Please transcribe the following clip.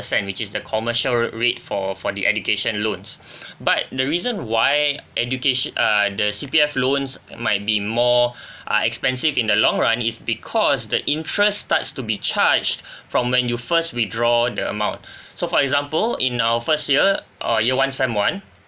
per cent which is the commercial r~ rate for for the education loans but the reason why educati~ err the C_P_F loans might be more uh expensive in the long run is because the interest starts to be charged from when your first withdraw the amount so for example in our first year or year one sem one